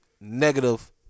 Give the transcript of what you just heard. negative